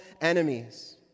enemies